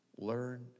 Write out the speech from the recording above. Learn